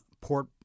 Port